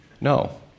No